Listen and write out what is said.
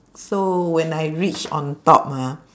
so when I reach on top ah